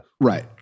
Right